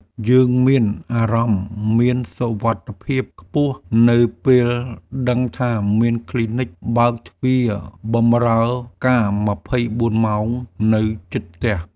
យើងមានអារម្មណ៍មានសុវត្ថិភាពខ្ពស់នៅពេលដឹងថាមានគ្លីនិកបើកទ្វារបម្រើការម្ភៃបួនម៉ោងនៅជិតផ្ទះ។